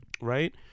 right